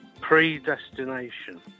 Predestination